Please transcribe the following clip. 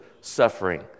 suffering